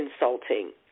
insulting